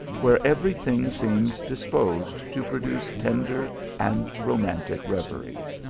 where every thing seems disposed to produce tender and romantic reveries.